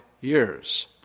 years